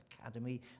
academy